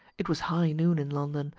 it was high noon in london,